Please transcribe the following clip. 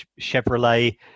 chevrolet